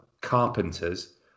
Carpenters